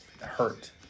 hurt